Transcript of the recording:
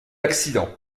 accident